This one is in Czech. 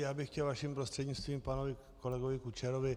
Já bych chtěl vaším prostřednictvím k panu kolegovi Kučerovi.